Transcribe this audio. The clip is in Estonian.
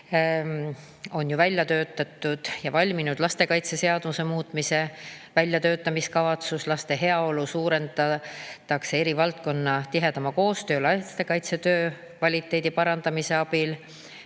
on välja töötatud ehk valminud lastekaitseseaduse muutmise väljatöötamiskavatsus. Laste heaolu suurendatakse eri valdkondade tihedama koostöö ja lastekaitsetöö kvaliteedi parandamise abil.